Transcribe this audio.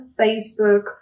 Facebook